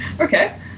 okay